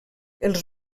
els